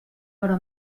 però